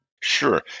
Sure